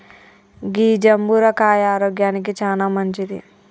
గీ జంబుర కాయ ఆరోగ్యానికి చానా మంచింది